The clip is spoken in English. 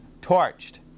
torched